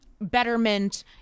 betterment